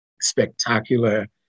spectacular